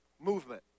movement